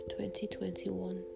2021